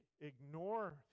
ignore